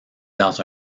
dans